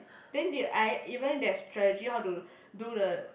then they I even there's strategic how to do the